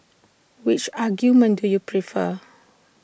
which argument do you prefer